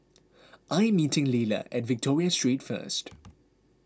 I am meeting Lila at Victoria Street first